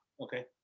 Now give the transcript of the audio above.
okay